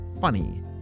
funny